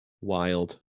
Wild